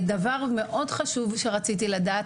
דבר מאוד חשוב שרציתי לדעת.